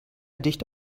dicht